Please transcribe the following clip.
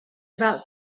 about